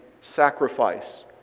sacrifice